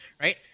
right